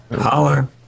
Holler